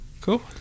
Cool